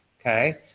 okay